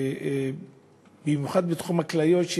במיוחד בתחום הכליות.